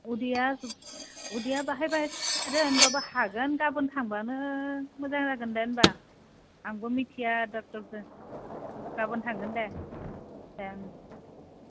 उदैया उदैया बाहाय बाहाय सादो होमब्लाबो हागोन गाबोन थांब्लानो मोजां जागोन दे होमब्ला आंबो मिथिया ड'क्टरजो गाबोन थांगोन दे दे